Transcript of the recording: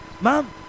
mom